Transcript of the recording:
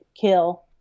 kill